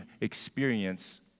experience